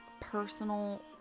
personal